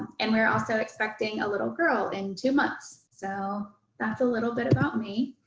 and we're also expecting a little girl in two months. so that's a little bit about me.